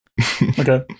okay